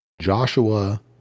Joshua